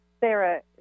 Sarah